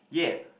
yeah